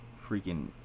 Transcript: freaking